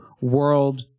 world